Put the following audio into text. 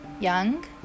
young